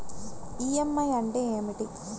EMI అంటే ఏమిటి?